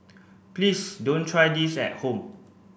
please don't try this at home